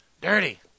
Dirty